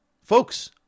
Folks